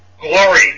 glory